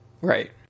Right